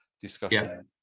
discussion